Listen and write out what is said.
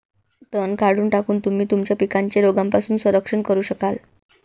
तण काढून टाकून, तुम्ही तुमच्या पिकांचे रोगांपासून संरक्षण करू शकाल